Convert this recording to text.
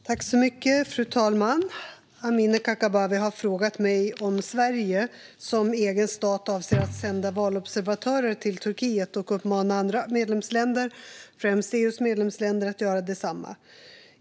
Svar på interpellationer Fru talman! Amineh Kakabaveh har frågat mig om Sverige som egen stat avser att sända valobservatörer till Turkiet och uppmana andra länder, främst EU:s medlemsländer, att göra detsamma.